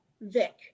Vic